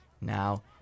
now